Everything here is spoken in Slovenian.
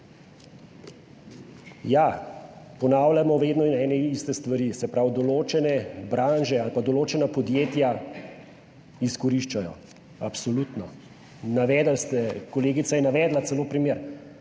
Ja, ponavljamo vedno in ene in iste stvari, se pravi, določene branže ali pa določena podjetja izkoriščajo, absolutno. Navedli ste, kolegica je navedla celo primer,